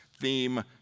theme